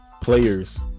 players